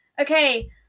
okay